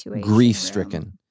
grief-stricken